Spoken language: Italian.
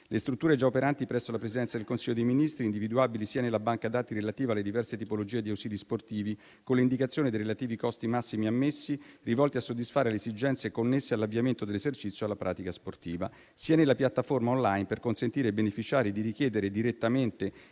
Le strutture già operanti presso la Presidenza del Consiglio dei ministri, individuabili sia nella banca dati relativa alle diverse tipologie di ausili sportivi con le indicazioni dei relativi costi massimi ammessi rivolti a soddisfare le esigenze connesse all'avviamento dell'esercizio alla pratica sportiva, sia nella piattaforma *online* per consentire ai beneficiari di richiedere direttamente